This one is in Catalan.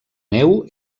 neu